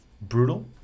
brutal